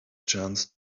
chance